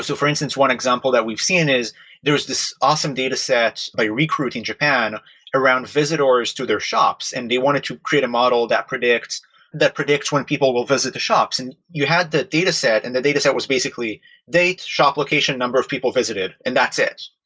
so for instance, one example that we've seen is there's this awesome dataset by recruit in japan around visitors to their shops and they wanted to create a model that predicts that predicts when people will visit the shops. and you had the dataset, and the dataset was basically date, shop location, number of people visited, and that's it.